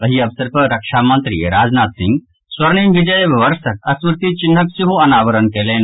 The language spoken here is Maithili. एहि अवसर पर रक्षा मंत्री राजनाथ सिंह स्वर्णिम विजय वर्षक स्मृति चिन्हक सेहो अनावरण कयलनि